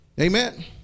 Amen